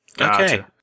Okay